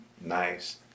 nice